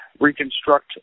reconstruct